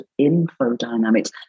infodynamics